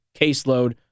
caseload